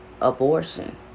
abortion